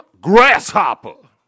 Grasshopper